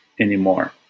Anymore